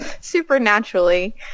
Supernaturally